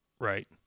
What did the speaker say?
right